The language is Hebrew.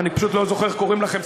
אני פשוט לא זוכר איך קוראים לכם,